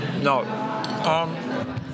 No